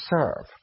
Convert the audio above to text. serve